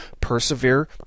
persevere